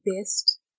best